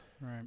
Right